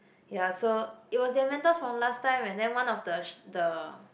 ya so it was their mentors from last time and then one of the the